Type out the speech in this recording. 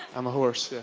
i'm a horse, yeah.